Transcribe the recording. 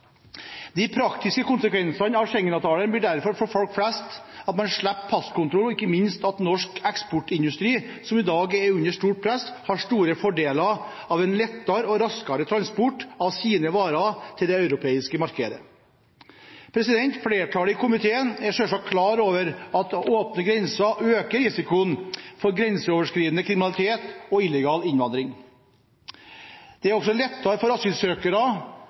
De praktiske konsekvensene av Schengen-avtalen blir derfor for folk flest at man slipper passkontroll, og ikke minst at norsk eksportindustri, som i dag er under stort press, har store fordeler av en lettere og raskere transport av sine varer til det europeiske markedet. Flertallet i komiteen er selvsagt klar over at åpne grenser øker risikoen for grenseoverskridende kriminalitet og illegal innvandring. Det er også lettere for asylsøkere